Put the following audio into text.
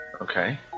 Okay